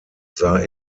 sah